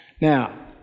Now